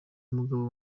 umugabo